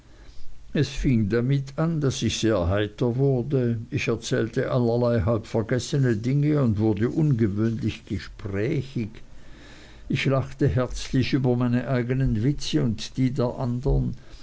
es fing damit an daß ich sehr heiter wurde ich erzählte allerlei halbvergessene dinge und wurde ungewöhnlich gesprächig ich lachte herzlich über meine eignen witze und die der andern